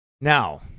now